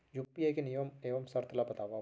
UPI के नियम एवं शर्त ला बतावव